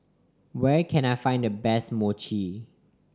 where can I find the best Mochi